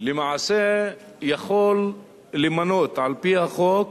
למעשה יכול למנות, על-פי החוק,